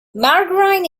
margarine